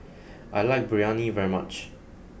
I like Biryani very much